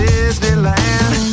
Disneyland